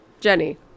Jenny